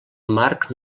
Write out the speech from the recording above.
marc